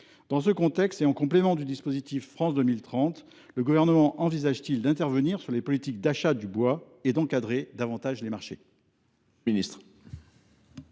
Dans ce contexte, et en complément du dispositif France 2030, le Gouvernement envisage t il d’intervenir sur les politiques d’achat de bois et d’encadrer davantage les marchés ?